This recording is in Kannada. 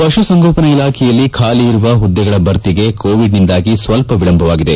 ಪಶುಸಂಗೋಪನಾ ಇಲಾಖೆಯಲ್ಲಿ ಖಾಲಿ ಇರುವ ಹುದ್ಲೆಗಳ ಭರ್ತಿಗೆ ಕೋವಿಡ್ನಿಂದಾಗಿ ಸ್ವಲ್ಲ ವಿಳಂಬವಾಗಿದೆ